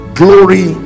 glory